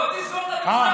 בוא תסגור את המגזר.